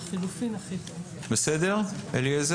תודה.